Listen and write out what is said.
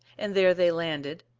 and there they landed,